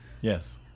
Yes